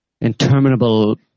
interminable